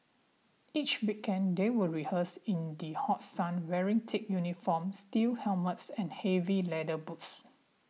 each weekend they would rehearse in the hot sun wearing thick uniforms steel helmets and heavy leather boots